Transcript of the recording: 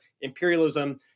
imperialism